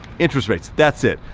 interest rates, that's it.